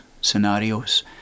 scenarios